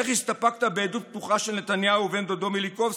איך הסתפקת בעדות פתוחה של נתניהו ובן דודו מיליקובסקי,